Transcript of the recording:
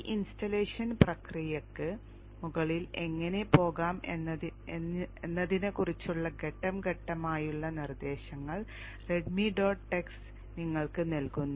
ഈ ഇൻസ്റ്റലേഷൻ പ്രക്രിയയ്ക്ക് മുകളിൽ എങ്ങനെ പോകാം എന്നതിനെക്കുറിച്ചുള്ള ഘട്ടം ഘട്ടമായുള്ള നിർദ്ദേശങ്ങൾ Readme dot text നിങ്ങൾക്ക് നൽകുന്നു